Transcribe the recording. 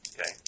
Okay